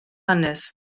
hanes